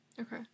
Okay